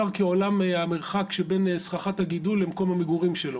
כעולם המרחק שבין סככת הגידול לבין מקום המגורים שלו.